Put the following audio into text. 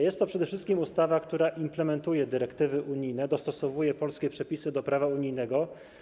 Jest to przede wszystkim ustawa, która implementuje dyrektywy unijne, dostosowuje polskie przepisy do prawa unijnego.